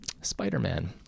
Spider-Man